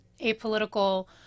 apolitical